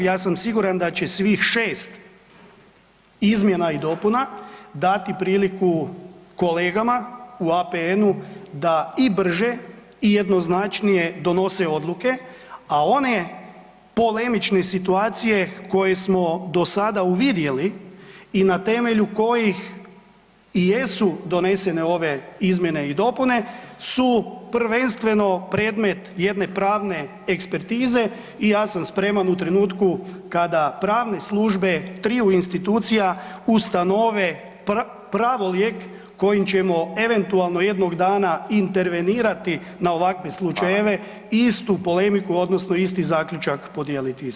Ja sam siguran da će svih šest izmjena i dopuna dati priliku kolegama u APN-u da i brže i jednoznačnije donose odluke, a one polemične situacije koje smo do sada uvidjeli i na temelju kojih i jesu donesene ove izmjene i dopune su prvenstveno predmet jedne pravne ekspertize i ja sam spreman u trenutku kada pravne službe triju institucija ustanove pravolijek kojim ćemo eventualno jednog dana intervenirati na ovakve slučajeve istu polemiku odnosno isti zaključak podijeliti s vama.